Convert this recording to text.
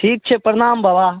ठीक छै प्रणाम बाबा